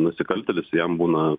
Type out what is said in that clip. nusikaltėlis jam būna